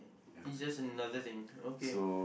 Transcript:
it's just another thing okay